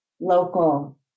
local